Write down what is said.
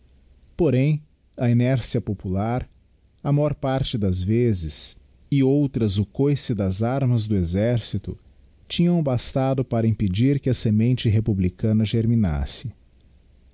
poréra a inércia popular a mór parte das vezes e outras o couce darmas do exercito tinham bastado para impedir que a semente republicana germinasse